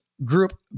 Group